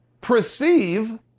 perceive